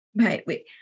right